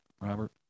Robert